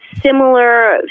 similar